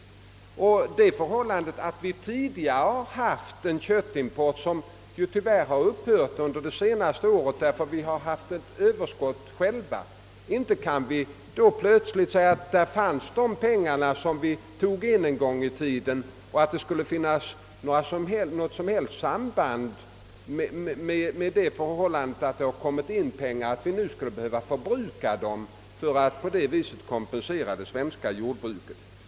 Tidigare har vi haft en köttimport som tyvärr har upphört under det senaste året därför att vi har fått ett överskott själva. Inte kan vi då plötsligt säga att de pengar som vi tog in en gång i tiden och som finns i behåll skulle användas för att kompensera det svenska jordbruket.